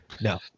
No